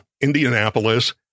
Indianapolis